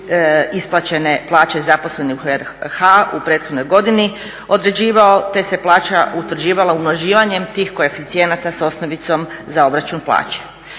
isplaćene plaće zaposlenih u RH u prethodnoj godini te se plaća utvrđivala umnožavanjem tih koeficijenata sa osnovicom za obračun plaće.